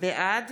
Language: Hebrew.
בעד